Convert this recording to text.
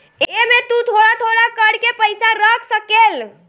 एमे तु थोड़ा थोड़ा कर के पईसा रख सकेल